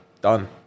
Done